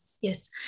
yes